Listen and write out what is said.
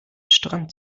strand